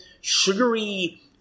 sugary